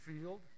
field